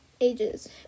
ages